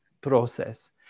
process